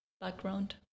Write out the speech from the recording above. background